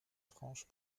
franche